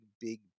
big